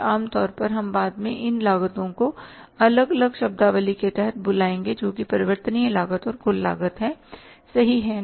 आम तौर पर हम बाद में इन लागतों को अलग अलग शब्दावली के तहत बुलाएंगे जो कि परिवर्तनीय लागत और कुल लागत है सही है ना